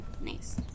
Nice